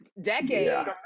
decade